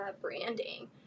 branding